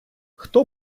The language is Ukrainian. хто